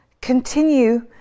continue